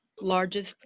largest